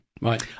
Right